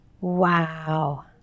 Wow